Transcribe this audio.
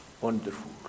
wonderful